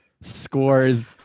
scores